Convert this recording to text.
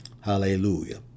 hallelujah